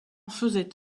faisait